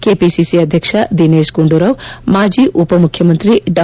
KPCC ಅಧ್ಯಕ್ಷ ದಿನೇತ್ ಗುಂಡೂರಾವ್ ಮಾಜಿ ಉಪ ಮುಖ್ಯಮಂತ್ರಿ ಡಾ